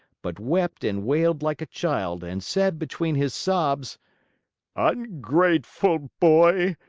but wept and wailed like a child and said between his sobs ungrateful boy!